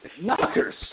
Knockers